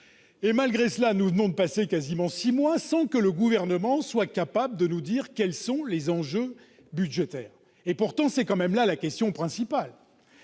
! Malgré cela, nous venons de passer quasiment six mois sans que le Gouvernement soit capable de préciser quels sont les enjeux budgétaires. C'est pourtant là la question principale